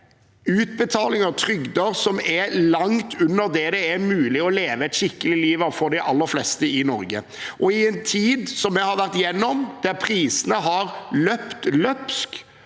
utbetaling av trygder som er langt under det som det er mulig å leve et skikkelig liv av for de aller fleste i Norge. Og i en tid som den vi har vært gjennom, der prisene har løpt løpsk